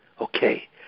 Okay